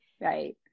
right